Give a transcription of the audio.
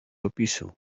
opisu